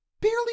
barely